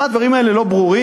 מה, הדברים האלה לא ברורים?